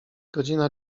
godzina